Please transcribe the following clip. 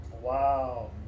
Wow